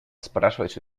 спрашивать